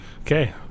Okay